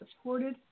supported